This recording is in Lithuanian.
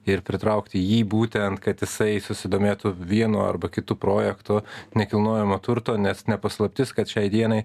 ir pritraukti jį būtent kad jisai susidomėtų vienu arba kitu projektu nekilnojamo turto nes ne paslaptis kad šiai dienai